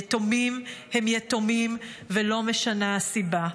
יתומים הם יתומים ולא משנה הסיבה,